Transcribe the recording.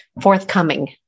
forthcoming